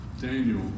Daniel